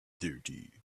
dirty